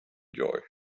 joy